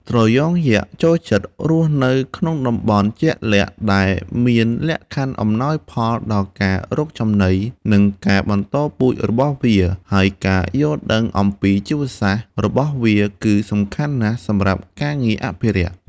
ត្រយងយក្ស ចូលចិត្តរស់នៅក្នុងតំបន់ជាក់លាក់ដែលមានលក្ខខណ្ឌអំណោយផលដល់ការរកចំណី និងការបន្តពូជរបស់វា ហើយការយល់ដឹងអំពីជីវសាស្ត្ររបស់វាគឺសំខាន់ណាស់សម្រាប់ការងារអភិរក្ស។